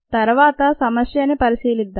తర్వాత సమస్యని పరిశీలిద్దాం